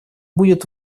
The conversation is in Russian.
будет